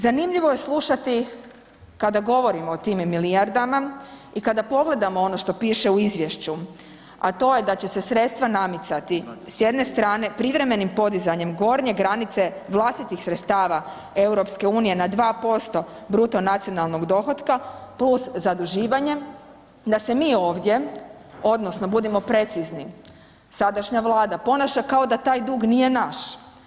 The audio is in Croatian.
Zanimljivo je slušati kada govorimo o tim milijardama i kada pogledamo ono što piše u izvješću, a to da će se sredstva namicati s jedne strane, privremenim podizanjem gornje granice vlastitih sredstava EU na 2% bruto nacionalnog dohotka, plus zaduživanje, da se mi ovdje odnosno, budimo precizni, sadašnja Vlada ponaša kao da taj dug nije naš.